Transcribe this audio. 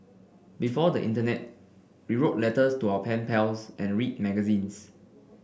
before the internet we wrote letters to our pen pals and read magazines